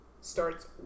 starts